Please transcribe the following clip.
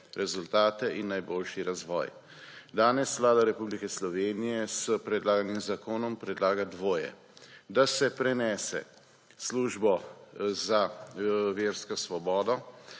rezultate in najboljši razvoj. Danes Vlada Republike Slovenije s predlaganim zakonom predlaga dvoje; da se prenese službo za versko svobodo